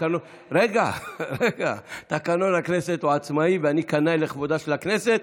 תקנון הכנסת הוא עצמאי ואני קנאי לכבודה של הכנסת.